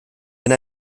wenn